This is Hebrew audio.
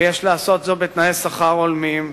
ויש לעשות זאת בתנאי שכר הולמים,